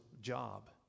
job